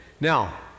Now